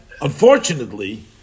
unfortunately